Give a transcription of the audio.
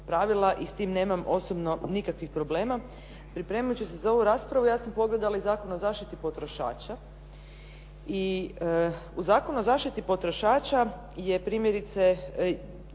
i s tim nemam osobno nikakvih problema. Pripremajući se za ovu raspravu ja sam pogledala i Zakon o zaštiti potrošača i u Zakonu o zaštiti potrošača je primjerice člankom